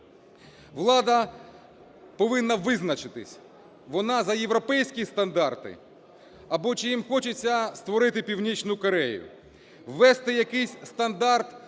Влада повинна визначитись, вона за європейські стандарти, або чи їм хочеться створити Північну Корею? Ввести якийсь стандарт